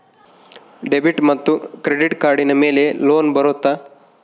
Debit ಮತ್ತು credit ಕಾರ್ಡಿನ ಮೇಲೆ ಲೋನ್ ಬರುತ್ತಾ?